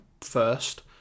first